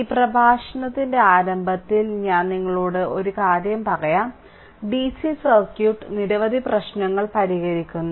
ഈ പ്രഭാഷണത്തിന്റെ ആരംഭത്തിൽ ഞാൻ നിങ്ങളോട് ഒരു കാര്യം പറയാം DC സർക്യൂട്ട് നിരവധി പ്രശ്നങ്ങൾ പരിഹരിക്കുന്നു